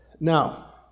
Now